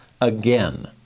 again